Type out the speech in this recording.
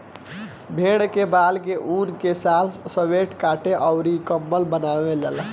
भेड़ के बाल के ऊन से शाल स्वेटर कोट अउर कम्बल बनवाल जाला